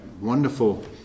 wonderful